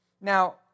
Now